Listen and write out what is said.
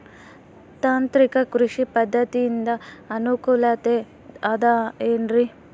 ತಾಂತ್ರಿಕ ಕೃಷಿ ಪದ್ಧತಿಯಿಂದ ಅನುಕೂಲತೆ ಅದ ಏನ್ರಿ?